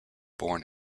born